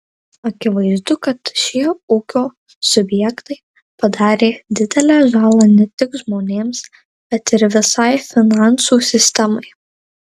akivaizdu kad šie ūkio subjektai padarė didelę žalą ne tik žmonėms bet ir visai finansų sistemai